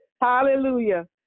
Hallelujah